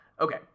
Okay